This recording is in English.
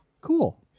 cool